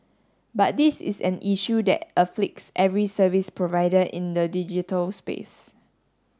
but this is an issue that afflicts every service provider in the digital space